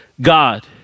God